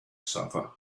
suffer